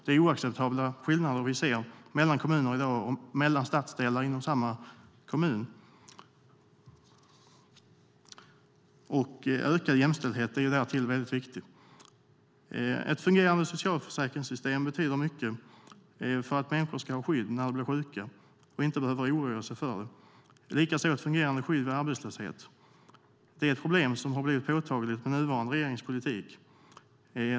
Det är oacceptabla skillnader vi ser mellan kommuner och mellan stadsdelar inom samma kommun i dag. Ökad jämställdhet är därtill väldigt viktigt. Ett fungerande socialförsäkringssystem betyder mycket för att människor ska ha skydd när de blir sjuka och inte behöva oroa sig för det. Detsamma gäller ett fungerande skydd vid arbetslöshet. Det är ett problem som har blivit påtagligt med nuvarande regerings politik.